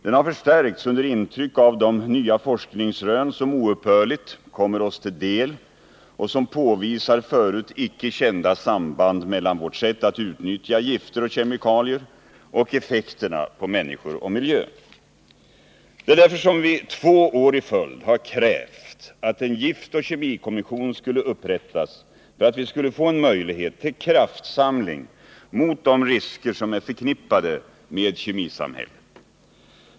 Den har förstärkts under intryck av de nya forskningsrön som oupphörligt kommer oss till del och som påvisar förut icke kända samband mellan vårt sätt att utnyttja gifter och kemikalier och effekterna på människor och miljö. Det är därför som vi två år i följd har krävt att en giftoch kemikommission skulle upprättas för att vi skulle få en möjlighet till kraftsamling mot de risker som är förknippade med kemisamhället.